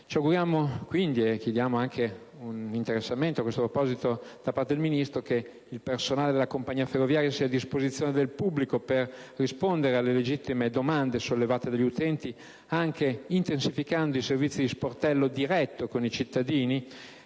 Ci auguriamo quindi - chiediamo anche un interessamento a tal proposito al Ministro - che il personale della compagnia ferroviaria sia a disposizione del pubblico per rispondere alle legittime domande sollevate dagli utenti, intensificando anche i servizi di sportello diretto con i cittadini